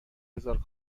هزار